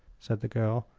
said the girl.